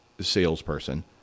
salesperson